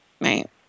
Right